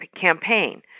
campaign